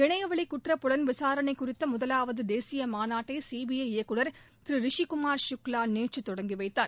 இணையவெளி குற்ற புலன்விசாரணை குறித்த முதலாவது தேசிய மாநாட்டை சி பி ஐ இயக்குநர் திரு ரிஷிகுமார் சுக்லா நேற்று தொடங்கி வைத்தார்